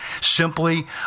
simply